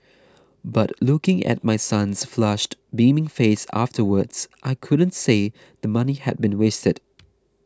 but looking at my son's flushed beaming face afterwards I couldn't say the money had been wasted